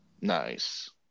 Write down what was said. Nice